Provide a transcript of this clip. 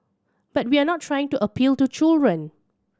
but we're not trying to appeal to children